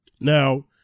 Now